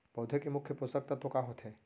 पौधे के मुख्य पोसक तत्व का होथे?